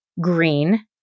Green